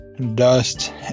dust